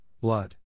blood